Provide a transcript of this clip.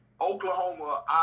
Oklahoma